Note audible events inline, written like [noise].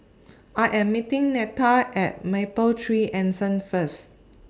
[noise] I Am meeting Neta At Mapletree Anson First